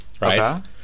Right